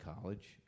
College